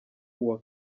uwa